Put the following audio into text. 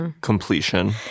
completion